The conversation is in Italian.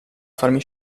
farmi